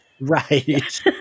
Right